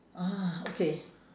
ah okay